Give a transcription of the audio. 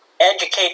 educate